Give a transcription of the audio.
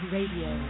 Radio